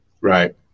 Right